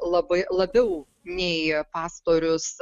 labai labiau nei pastorius